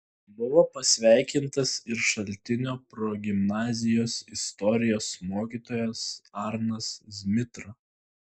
buvo pasveikintas ir šaltinio progimnazijos istorijos mokytojas arnas zmitra